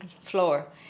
floor